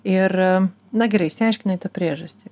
ir na gerai išsiaiškinai tą priežastį